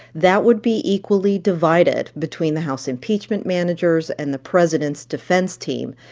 that would be equally divided between the house impeachment managers and the president's defense team.